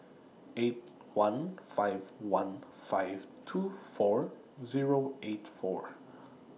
eight one five one five two four Zero eight four